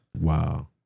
Wow